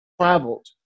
traveled